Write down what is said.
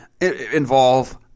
involve